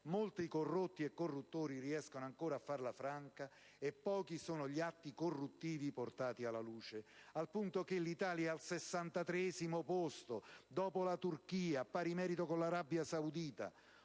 molti corrotti e corruttori riescono ancora a farla franca e pochi sono gli atti corruttivi portati alla luce, al punto che l'Italia è al 63° posto subito dopo la Turchia e a pari merito con l'Arabia Saudita,